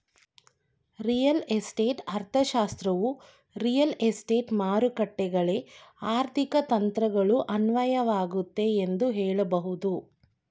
real estate ಅರ್ಥಶಾಸ್ತ್ರವು real estate ಮಾರುಕಟ್ಟೆಗಳ್ಗೆ ಆರ್ಥಿಕ ತಂತ್ರಗಳು ಅನ್ವಯವಾಗುತ್ತೆ ಎಂದು ಹೇಳಬಹುದು